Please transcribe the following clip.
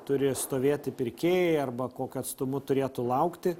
turi stovėti pirkėjai arba kokiu atstumu turėtų laukti